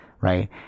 right